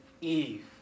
Eve